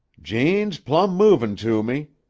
jane's plumb movin' to me.